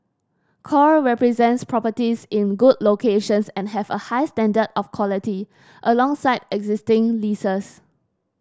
core represents properties in good locations and have a high standard of quality alongside existing leases